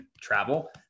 travel